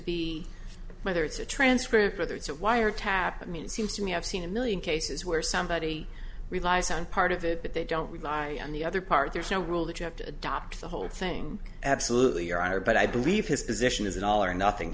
be whether it's a transcript whether it's a wiretap it means seems to me i've seen a million cases where somebody relies on part of it but they don't rely on the other part there's no rule that you have to adopt the whole thing absolutely your honor but i believe his position is an all or nothing